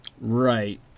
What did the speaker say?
Right